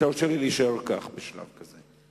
תרשה לי להישאר כך בשלב זה.